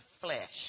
flesh